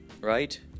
Right